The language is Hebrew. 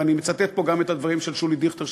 ואני מצטט פה גם את הדברים של שולי דיכטר,